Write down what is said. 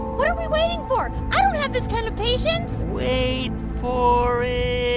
what are we waiting for? i don't have this kind of patience wait for it.